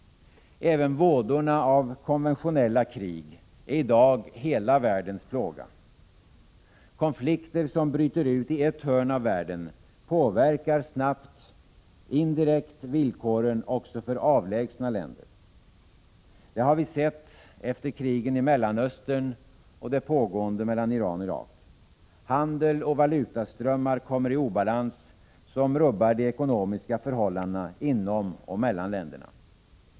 Även vådorna av konventionella krig är i dag hela världens plåga. Konflikter som bryter ut i ett hörn av världen påverkar snabbt indirekt villkoren också för avlägsna länder. Det har vi sett efter krigen i Mellanöstern och under det pågående mellan Iran och Irak. Handel och valutaströmmar kommer i obalans som rubbar de ekonomiska förhållandena inom och mellan länder.